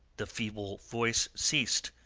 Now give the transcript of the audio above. the feeble voice ceased,